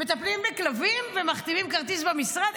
מטפלים בכלבים, ומחתימים כרטיס במשרד?